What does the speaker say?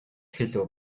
хэлэв